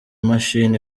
mashini